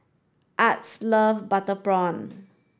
Ardis love butter prawn